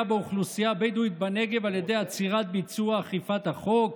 באוכלוסייה הבדואית בנגב על ידי עצירת ביצוע אכיפת החוק?